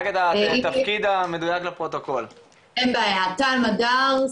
טל מדר,